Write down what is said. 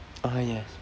ah yes